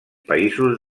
països